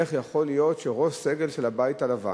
איך יכול להיות שראש סגל של הבית הלבן,